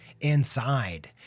inside